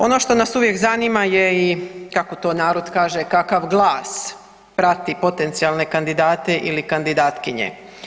Ono što nas uvijek zanima je i kako to narod kaže kakav glas prati potencijalne kandidate ili kandidatkinje.